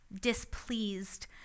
displeased